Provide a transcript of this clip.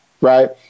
right